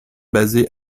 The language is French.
basée